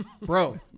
bro